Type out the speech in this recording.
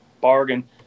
bargain